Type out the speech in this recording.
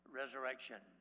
resurrection